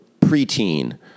pre-teen